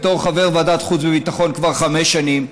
בתור חבר ועדת החוץ והביטחון כבר חמש שנים,